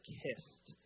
kissed